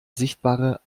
sichtbare